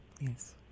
Yes